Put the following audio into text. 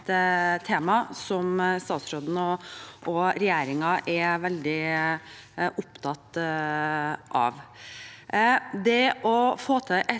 et tema som statsråden og regjeringen er veldig opptatt av.